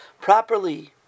properly